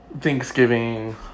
Thanksgiving